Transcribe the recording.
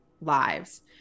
lives